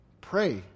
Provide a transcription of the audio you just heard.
pray